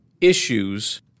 issues